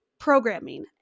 programming